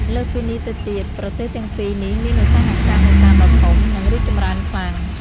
លើសពីនេះទៅទៀត ប្រទេសទាំងពីរនេះមានឧស្សាហកម្មនេសាទដ៏ធំ និងរីកចម្រើនខ្លាំង។